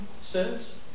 says